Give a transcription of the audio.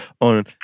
on